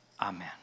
Amen